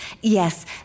Yes